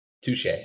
Touche